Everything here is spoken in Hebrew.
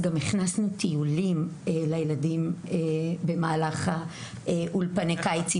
אז גם הכנסנו טיולים לילדים במהלך אולפני הקיץ.